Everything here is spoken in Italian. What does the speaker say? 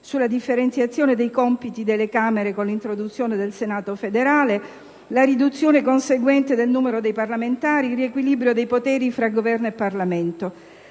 sulla differenziazione dei compiti delle Camere con l'introduzione del Senato federale, sulla conseguente riduzione del numero dei parlamentari, sul riequilibrio dei poteri tra Governo e Parlamento.